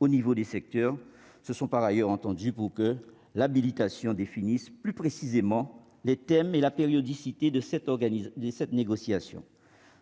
l'échelle des secteurs, se sont par ailleurs entendus pour que l'habilitation définisse plus précisément les thèmes et la périodicité de cette négociation,